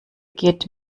geht